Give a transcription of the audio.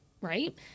right